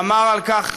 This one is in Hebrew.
אמר על כך,